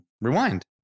Rewind